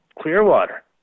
Clearwater